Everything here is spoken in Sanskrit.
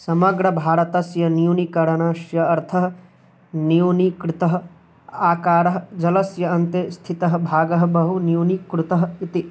समग्रभारस्य न्यूनीकरणस्य अर्थः न्यूनीकृतः आकारः जलस्य अन्ते स्थितः भागः बहु न्यूनीकृतः इति